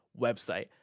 website